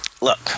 Look